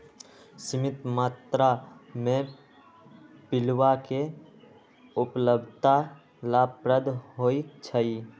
सीमित मत्रा में पिलुआ के उपलब्धता लाभप्रद होइ छइ